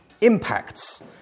impacts